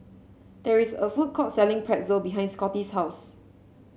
there is a food court selling Pretzel behind Scottie's house